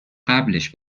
قبلش